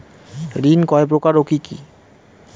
ঋণ কয় প্রকার ও কি কি?